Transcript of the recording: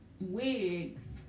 wigs